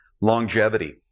longevity